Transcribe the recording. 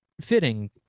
fitting